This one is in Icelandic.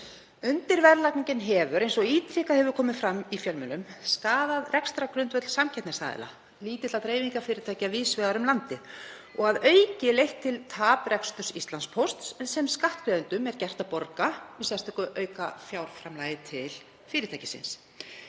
Undirverðlagningin hefur, eins og ítrekað hefur komið fram í fjölmiðlum, skaðað rekstrargrundvöll samkeppnisaðila, lítilla dreifingarfyrirtækja víðs vegar um landið, og að auki leitt til tapreksturs Íslandspósts sem skattgreiðendum er gert að borga með sérstöku aukafjárframlagi til fyrirtækisins.